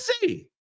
see